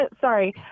sorry